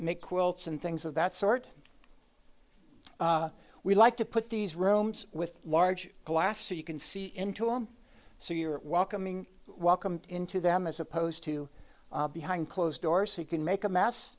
make quilts and things of that sort we like to put these rooms with large glass so you can see into him so you're welcoming welcomed into them as opposed to behind closed doors so you can make a mass